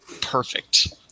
perfect